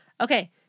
Okay